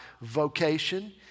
vocation